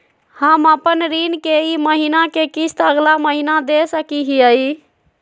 हम अपन ऋण के ई महीना के किस्त अगला महीना दे सकी हियई?